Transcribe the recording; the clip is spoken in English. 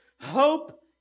Hope